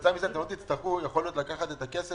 וכתוצאה מכך אתם לא תצטרכו לקחת את ההלוואות,